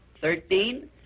Thirteen